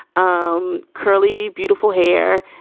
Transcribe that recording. um curly, beautiful hair.